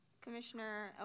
Commissioner